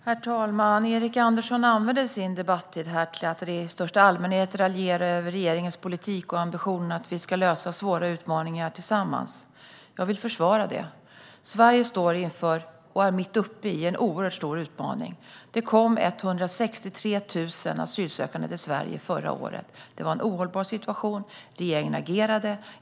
Herr talman! Erik Andersson använder sin debattid till att i största allmänhet raljera över regeringens politik och ambition att lösa svåra utmaningar tillsammans. Jag vill försvara det. Sverige står inför, och är mitt uppe i, en oerhört stor utmaning. Det kom 163 000 asylsökande till Sverige förra året. Det var en ohållbar situation. Regeringen agerade.